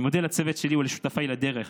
אני מודה לצוות שלי ולשותפיי לדרך,